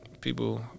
people